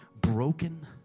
broken